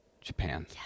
japan